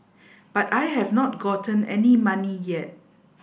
but I have not gotten any money yet